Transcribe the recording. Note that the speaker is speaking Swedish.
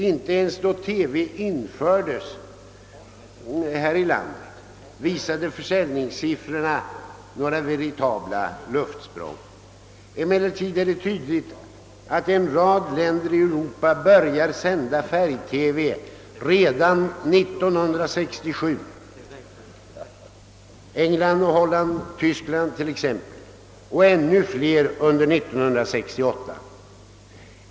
Inte ens då TV infördes här i landet kunde noteras några veritabla luftsprång när det gäller försäljningssiffrorna. En rad länder i Europa börjar sända färg-TV redan 1967, t.ex. England, Holland och Tyskland, och ännu fler under 1968.